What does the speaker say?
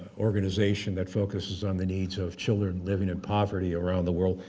organization that focuses on the needs of children living in poverty around the world,